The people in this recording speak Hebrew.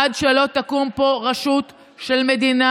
עד שלא תקום פה רשות של מדינה,